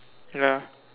ya